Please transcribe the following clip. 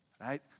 Right